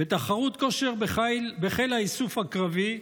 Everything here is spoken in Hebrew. בתחרות כושר בחיל האיסוף הקרבי,